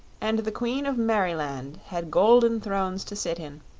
and the queen of merryland had golden thrones to sit in,